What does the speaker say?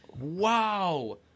wow